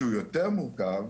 שהוא יותר מורכב,